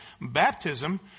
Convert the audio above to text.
baptism